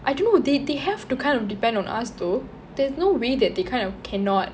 I don't know they they have to kind of depend on us though there's no way that they kind of cannot